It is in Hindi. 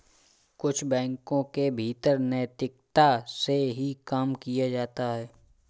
कुछ बैंकों के भीतर नैतिकता से ही काम किया जाता है